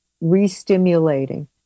re-stimulating